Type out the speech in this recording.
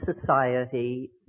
society